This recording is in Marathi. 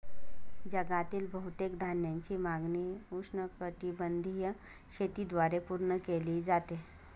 जगातील बहुतेक धान्याची मागणी उष्णकटिबंधीय शेतीद्वारे पूर्ण केली जाते